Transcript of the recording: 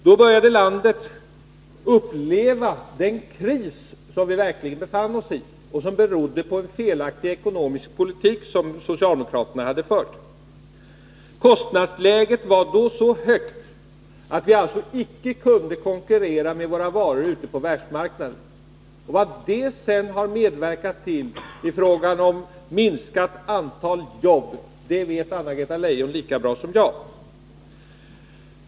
Då började landet uppleva den kris som vi verkligen befann oss i och som berodde på en felaktig ekonomisk politik som hade förts av socialdemokraterna. Kostnadsläget var då så högt att vi icke kunde konkurrera med våra varor ute på världsmark naden. Vilka minskningar av antalet jobb som detta har medverkat till att skapa vet Anna-Greta Leijon lika väl som jag.